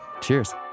Cheers